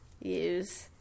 use